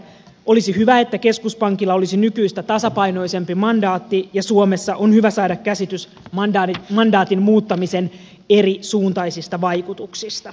olisi hyvä että keskuspankilla olisi nykyistä tasapainoisempi mandaatti ja suomessa on hyvä saada käsitys mandaatin muuttamisen erisuuntaisista vaikutuksista